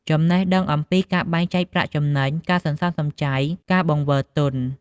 ចំណេះដឹងអំពីការបែងចែកប្រាក់ចំណេញ ការសន្សំសំចៃ ការបង្វិលទុន។